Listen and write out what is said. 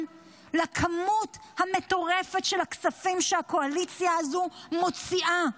לכמות המטורפת של הכספים שהקואליציה הזאת מוציאה.